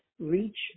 reach